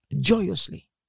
joyously